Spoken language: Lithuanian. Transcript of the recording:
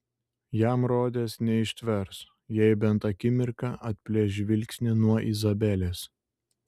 jam rodėsi neištvers jei bent akimirką atplėš žvilgsnį nuo izabelės